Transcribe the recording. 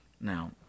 Now